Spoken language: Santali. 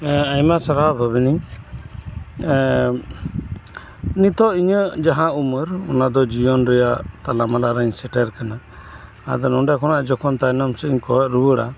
ᱟᱭᱢᱟ ᱥᱟᱨᱦᱟᱣ ᱵᱷᱟᱵᱤᱱᱤ ᱱᱤᱛᱚᱜ ᱤᱧᱟᱹᱜ ᱡᱟᱦᱟᱸ ᱩᱢᱟᱹᱨ ᱚᱱᱟᱫᱚ ᱡᱤᱭᱚᱱ ᱨᱮᱭᱟᱜ ᱛᱟᱞᱟ ᱢᱟᱞᱟ ᱨᱮᱧ ᱥᱮᱴᱮᱨ ᱟᱠᱟᱱᱟ ᱟᱫᱚ ᱱᱚᱰᱮ ᱠᱷᱚᱱᱟᱜ ᱡᱚᱠᱷᱚᱱ ᱛᱟᱭᱱᱚᱢ ᱥᱮᱫ ᱤᱧ ᱠᱚᱭᱚᱜ ᱨᱩᱣᱟᱹᱲᱟ